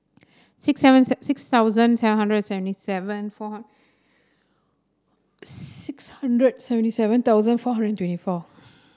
six seventh six thousand seven hundred and seventy seven four six hundred seventy seven thousand four hundred and twenty four